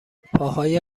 پاهای